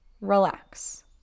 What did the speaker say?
relax